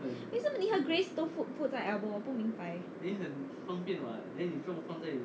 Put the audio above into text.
为什么你和 grace 都都 put 在 elbow 我不明白